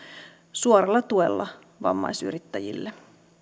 suoralla tuella vammaisyrittäjille